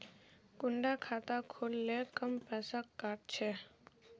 कुंडा खाता खोल ले कम पैसा काट छे?